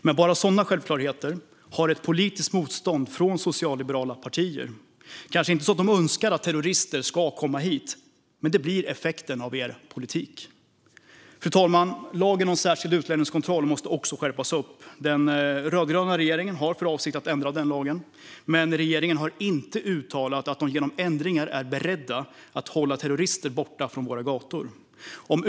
Men sådana självklarheter möter ett politiskt motstånd från socialliberala partier - kanske inte så att de önskar att terrorister ska komma hit, men det blir effekten av den politiken. Fru talman! Lagen om särskild utlänningskontroll måste också skärpas. Den rödgröna regeringen har för avsikt att ändra den lagen, men regeringen har inte uttalat att den genom ändring är beredd att hålla terrorister borta från våra gator.